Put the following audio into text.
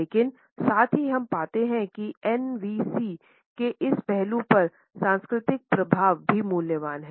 लेकिन साथ ही हम पाते हैं कि NVC के इस पहलू पर सांस्कृतिक प्रभाव भी मूल्यवान है